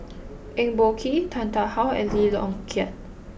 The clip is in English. Eng Boh Kee Tan Tarn How and Lee Yong Kiat